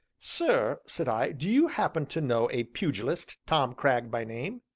sir, said i, do you happen to know a pugilist, tom cragg by name?